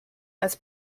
als